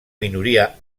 minoria